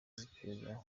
z’iperereza